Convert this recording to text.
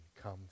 come